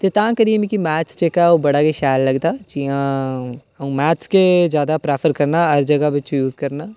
ते तां करियै मिगी मैथ जेह्का ओह् बड़ा गै शैल लगदा जियां अ'ऊं मैथ्स गै जादै प्रैफर करना हर जगह् बिच यूज करना